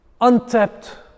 untapped